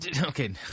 Okay